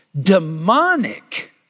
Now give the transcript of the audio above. Demonic